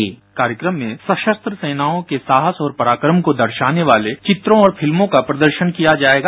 bite कार्यक्रम में सशस्त्र सेनाओं के साहस और पराक्रम को दर्शाने वाले चित्रों और फिल्मों का प्रदर्शन किया जाएगा